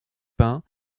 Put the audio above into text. pin